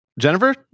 Jennifer